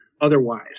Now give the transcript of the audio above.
otherwise